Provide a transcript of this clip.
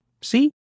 See